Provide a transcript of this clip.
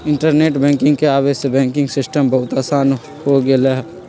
internet banking के आवे से बैंकिंग सिस्टम बहुत आसान हो गेलई ह